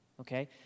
okay